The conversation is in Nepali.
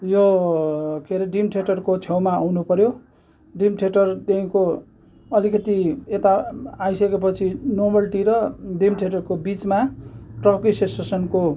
यो के हरे ड्रिम थिएटरको छेउमा आउनु पऱ्यो ड्रिम थिएटरदेखिको अलिकति यता आइसकेपछि नोबेल्टी र ड्रिम थिएटरको बिचमा ट्रक एसोसिएसनको